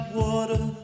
water